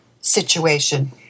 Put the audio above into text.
situation